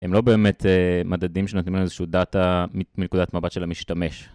הם לא באמת מדדים שנותנים לנו איזושהי דאטה מנקודת מבט של משתמש.